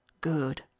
Good